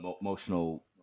emotional